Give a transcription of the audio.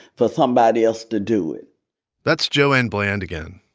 for somebody else to do it that's joanne bland again.